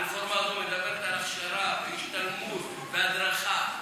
הרפורמה הזו מדברת על הכשרה והשתלמות והדרכה.